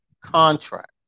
contract